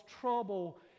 trouble